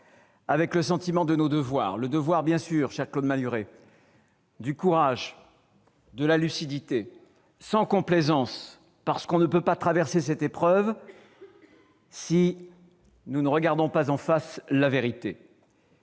avec le sentiment de nos devoirs : le devoir, bien sûr, cher Claude Malhuret, du courage, de la lucidité sans complaisance, parce que nous ne pouvons pas traverser cette épreuve sans regarder en face la vérité.